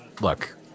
look